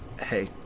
Hey